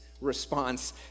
response